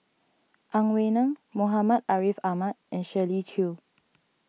Ang Wei Neng Muhammad Ariff Ahmad and Shirley Chew